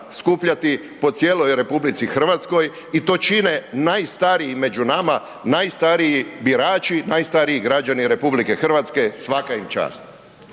skupljati po cijeloj RH i to čine najstariji među nama, najstariji birači, najstariji građani RH, svaka im čast.